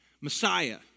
Messiah